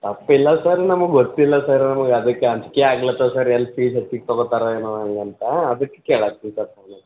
ತಪ್ಪಿಲ್ಲ ಸರ್ ನಮಗೆ ಗೊತ್ತಿಲ್ಲ ಸರ್ ನಮ್ಗೆ ಅದಕ್ಕೆ ಆಗ್ಲತ್ತದೆ ಸರ್ ಎಲ್ಲಿ ಫೀಸ್ ಹೆಚ್ಚಿಗೆ ತೊಗೋತಾರೋ ಏನೋ ಹಂಗೆ ಅಂತ ಅದಕ್ಕೆ ಸರ್